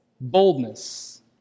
Boldness